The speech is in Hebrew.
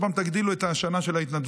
עוד פעם תגדילו את השנה של ההתנדבות.